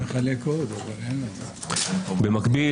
במקביל,